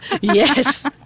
Yes